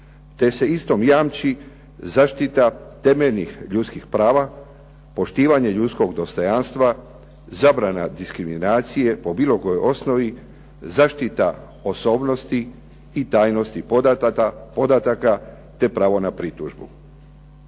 te se istom jamči zaštita temeljnih ljudskih prava, poštivanje ljudskog dostojanstva, zabrana diskriminacije po bilo kojoj osnovi, zaštita osobnosti i tajnosti podataka te pravo na pritužbu.